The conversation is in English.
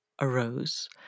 arose